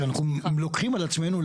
שאנחנו לוקחים על עצמנו,